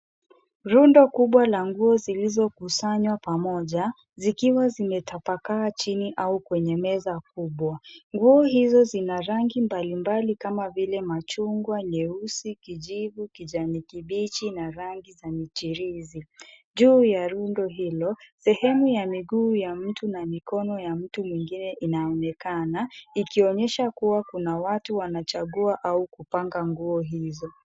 Rundo kubwa la nguo zilizokusanywa pamoja zikiwa zimetapakaa chini au kwenye meza kubwa. Nguo hizo zina rangi mbalimbali kama vile machungwa, nyeusi, kijivu, kijani kibichi na rangi za michirizi. Juu ya rundo hilo sehemu ya miguu ya mtu na mikoni ya mtu mwingine inaonekana ikionyesha kuwa kuna watu wanachagua au kupanga nguo hizo.